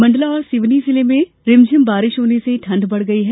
मंडला और सिवनी जिले में रिमझिम बारिश होने से ठंडक बढ़ गई है